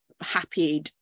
happy